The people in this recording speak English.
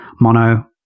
Mono